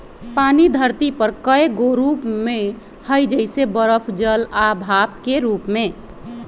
पानी धरती पर कए गो रूप में हई जइसे बरफ जल आ भाप के रूप में